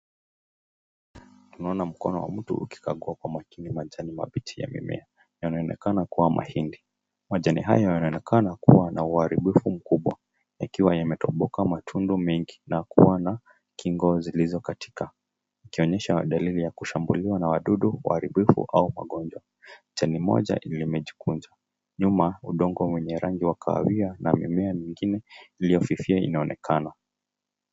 Tunaona mkono wa mtu ukikagua kwa makini majani mabichi ya mimea. Yanaonekana kuwa mahindi. Majani haya yanaonekana kuwa na uharibifu mkubwa yakiwa yametoboka matundu mengi na kuwa na kingo zilizokatika, ikionyesha dalili ya kushambuliwa na wadudu, uharibifu au magonjwa. Jani moja limejikunja, nyuma udongo wenye rangi ya kahawia na mimea nyingine iliyofifia inaonekana.